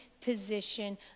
position